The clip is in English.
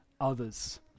others